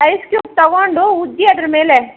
ice cube ತೊಗೊಂಡು ಉಜ್ಜಿ ಅದ್ರ ಮೇಲೆ